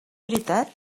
veritat